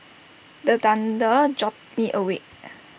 the thunder jolt me awake